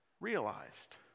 realized